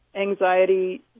anxiety